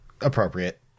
Appropriate